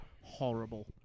horrible